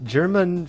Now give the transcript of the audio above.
German